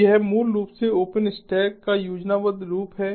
तो यह मूल रूप से ओपनस्टैक का योजनाबद्ध रूप है